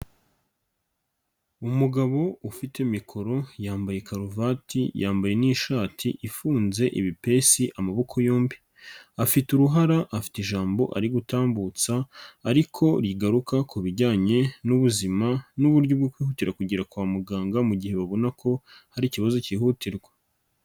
Umugabo ufite mikoro yambaye karuvati yambaye n'ishati ifunze ibipesi amaboko yombi. Afite uruhara afite ijambo ari gutambutsa, ariko rigaruka ku bijyanye n'ubuzima n'uburyo bwo kwihutira kugera kwa muganga mu gihe babona ko hari ikibazo kihutirwa.